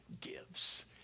gives